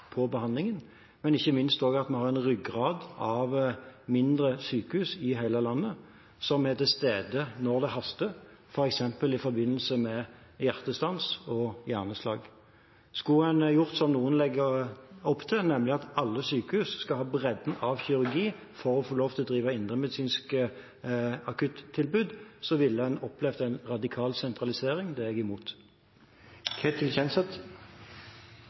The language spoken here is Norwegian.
på behandlingen, men ikke minst også at vi har en ryggrad av mindre sykehus i hele landet, som er til stede når det haster, f.eks. i forbindelse med hjertestans og hjerneslag. Skulle en ha gjort som noen legger opp til, nemlig at alle sykehus skal ha bredden av kirurgi for å få lov til å drive indremedisinsk akuttilbud, ville en opplevd en radikal sentralisering. Det er jeg imot. Statsråden nevner en rekke tiltak som regjeringa er